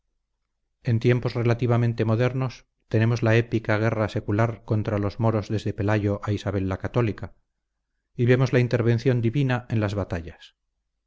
en tiempos relativamente modernos tenemos la épica guerra secular contra los moros desde pelayo a isabel la católica y vemos la intervención divina en las batallas